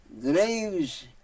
graves